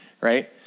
right